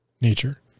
nature